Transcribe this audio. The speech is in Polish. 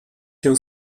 się